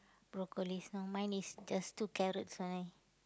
broccolis no mine is just two carrots mine